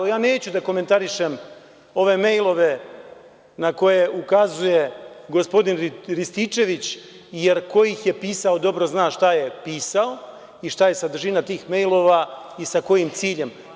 Neću da komentarišem ove mejlove na koje ukazuje gospodin Rističević, jer ko ih je pisao dobro zna šta je pisao i šta je sadržina tih mejlova i sa kojim ciljem.